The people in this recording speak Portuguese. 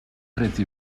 preto